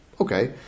Okay